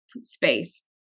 space